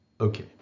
Okay